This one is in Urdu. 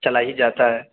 چلا ہی جاتا ہے